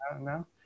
No